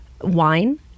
wine